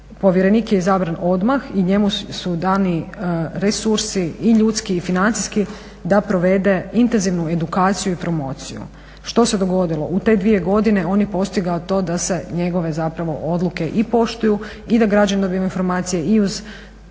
Povjerenik je izabran odmah i njemu su dani resursi i ljudski i financijski da provede intenzivnu edukaciju i promociju. Što se dogodilo? u te dvije godine on je postigao to da se njegove odluke i poštuju i da građani dobivaju informacije i uz